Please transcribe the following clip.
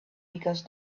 because